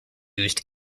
used